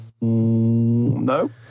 No